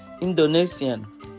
Indonesian